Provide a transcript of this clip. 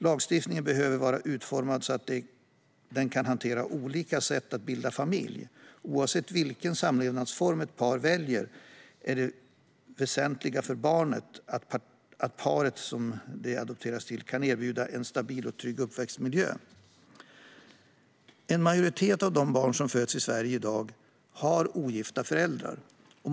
Lagstiftningen behöver vara utformad så att den kan hantera olika sätt att bilda familj. Oavsett vilken samlevnadsform ett par väljer är det väsentliga för barnet att paret som barnet adopteras till kan erbjuda en stabil och trygg uppväxtmiljö. En majoritet av de barn som föds i Sverige i dag har ogifta föräldrar.